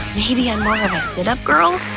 maybe i'm more of a sit-up girl.